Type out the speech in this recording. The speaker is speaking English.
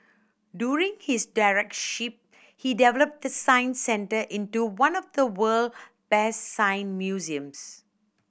during his he developed the Science Centre into one of the world best science museums